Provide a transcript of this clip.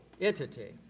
entity